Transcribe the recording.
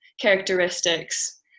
characteristics